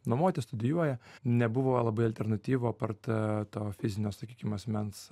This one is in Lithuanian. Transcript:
nuomotis studijuoja nebuvo labai alternatyvų apart to fizinio sakykim asmens